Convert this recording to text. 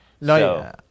No